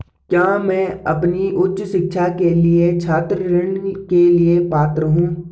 क्या मैं अपनी उच्च शिक्षा के लिए छात्र ऋण के लिए पात्र हूँ?